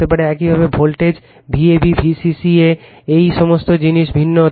একইভাবে voltage Vab V c c a এই সমস্ত জিনিস ভিন্ন হতে পারে